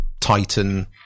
titan